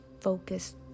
focus